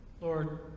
lord